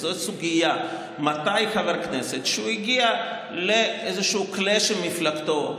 וזאת הסוגיה מתי חבר כנסת שהגיע לאיזשהו clash עם מפלגתו,